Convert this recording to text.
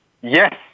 Yes